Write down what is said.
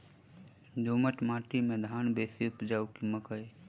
दोमट माटि मे धान बेसी उपजाउ की मकई?